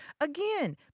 Again